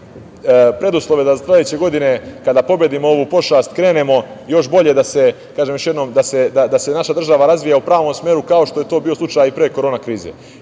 preduslove da sledeće godine kada pobedimo ovu pošast krenemo još bolje da se, kažem još jednom, da se naša država razvija u pravom smeru kao što je to bio slučaj i pre korona krize. Još